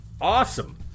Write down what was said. awesome